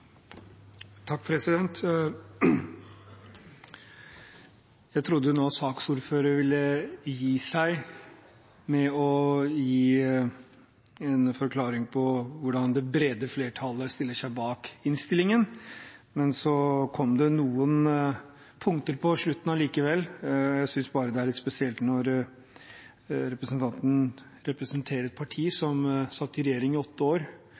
Jeg trodde saksordføreren ville gi seg ved å gi en forklaring på hvordan det brede flertallet stiller seg bak innstillingen, men så kom det noen punkter på slutten likevel. Jeg synes det er litt spesielt når representanten Håheim representerer et parti som satt i regjering i åtte år